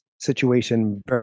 situation